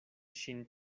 ŝin